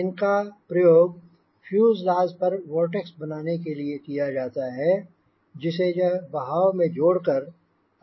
इनका प्रयोग फ्यूजलाज पर वोर्टेक्स बनाने के लिए किया जाता है जिसे यह बहाव में जोड़ कर अधिक ऊर्जा देते हैं